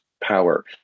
power